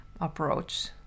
approach